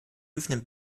prüfenden